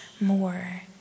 more